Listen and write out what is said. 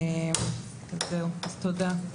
תודה.